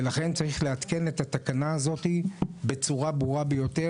ולכן צריך לעדכן את התקנה הזאת בצורה ברורה ביותר,